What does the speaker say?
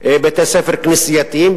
בתי-ספר כנסייתיים,